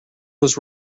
was